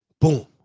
Boom